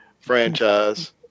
franchise